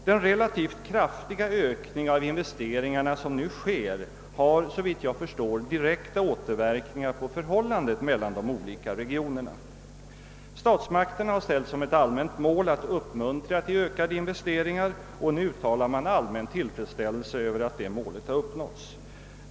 Den relativt kraftiga ökning av investeringarna som nu sker har såvitt jag förstår direkta återverkningar på förhållandet mellan de olika regionerna. Statsmakterna har ställt som ett allmänt mål att uppmuntra till ökade investeringar, och nu uttalas det allmän tillfredsställelse med att det målet har uppnåtts.